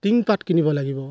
টিংপাত কিনিব লাগিব